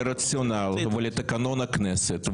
לרציונל ולתקנון הכנסת,